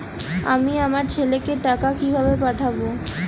আমি আমার ছেলেকে টাকা কিভাবে পাঠাব?